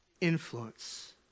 Influence